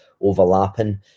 overlapping